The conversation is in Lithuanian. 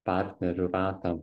partnerių ratą